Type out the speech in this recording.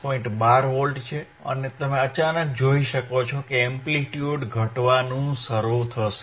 12 છે અને તમે અચાનક જોઈ શકો છો કે એમ્પ્લિટ્યુડ ઘટવાનું શરૂ થશે